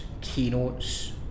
keynotes